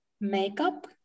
makeup